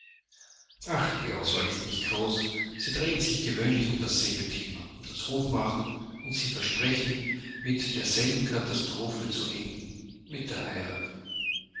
ach die auswahl ist nicht groß sie drehen sich gewöhnlich um dasselbe thema um das hofmachen und sie versprechen mit derselben katastrophe zu enden mit der heirat